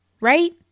right